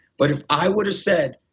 but if i would've said,